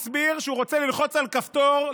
הסביר שהוא רוצה ללחוץ על כפתור,